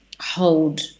hold